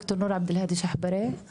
נור עבדאלהאדי שחברי,